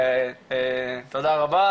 תודה רבה.